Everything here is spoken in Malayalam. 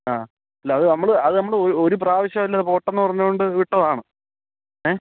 ആ അല്ല അത് നമ്മൾ അത് നമ്മൾ ഒരു പ്രാവശ്യല്ലേ പോട്ടെന്നു പറഞ്ഞ് കൊണ്ട് വിട്ടതാണ് ഏ